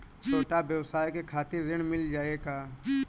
छोट ब्योसाय के खातिर ऋण मिल जाए का?